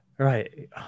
Right